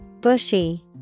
bushy